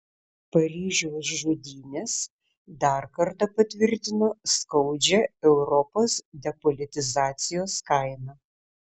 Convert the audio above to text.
paryžiaus žudynės dar kartą patvirtino skaudžią europos depolitizacijos kainą